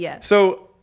So-